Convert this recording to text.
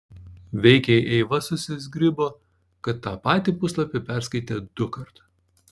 veikiai eiva susizgribo kad tą patį puslapį perskaitė dukart